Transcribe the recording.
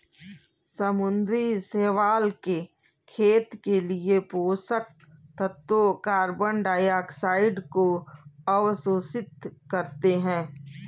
समुद्री शैवाल के खेत के लिए पोषक तत्वों कार्बन डाइऑक्साइड को अवशोषित करते है